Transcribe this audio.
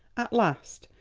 at last,